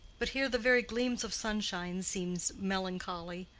but here the very gleams of sunshine seemed melancholy,